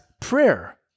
prayer